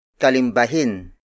Kalimbahin